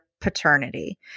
paternity